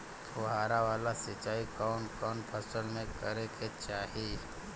फुहारा वाला सिंचाई कवन कवन फसल में करके चाही?